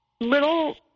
little